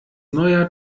neuer